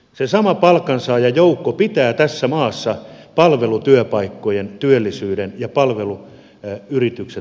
se sama palkansaajajoukko pitää tässä maassa palvelutyöpaikkojen työllisyyden ja palveluyritykset pystyssä